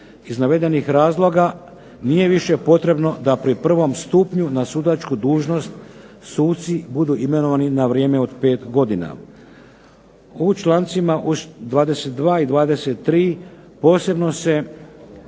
Iz navedenih razloga nije više potrebno da pri prvom stupnju na sudačku dužnost suci budu imenovani na vrijeme od 5 godina. U člancima 22. i 23. posebno se